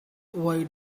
why